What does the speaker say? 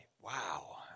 Wow